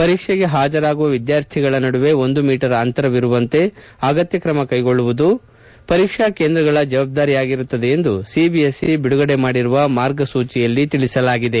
ಪರೀಕ್ಷೆಗೆ ಹಾಜರಾಗುವ ವಿದ್ಯಾರ್ಥಿಗಳ ನಡುವೆ ಒಂದು ಮೀಟರ್ ಅಂತರವಿರುವಂತೆ ಅಗತ್ಯ ತ್ರಮ ಕೈಗೊಳ್ಳುವುದು ಪರೀಕ್ಷಾ ಕೇಂದ್ರಗಳ ಜವಾಬ್ದಾರಿಯಾಗಿರುತ್ತದೆ ಎಂದು ಸಿಬಿಎಸ್ಇ ಬಿಡುಗಡೆ ಮಾಡಿರುವ ಮಾರ್ಗಸೂಚಿಯಲ್ಲಿ ತಿಳಿಸಲಾಗಿದೆ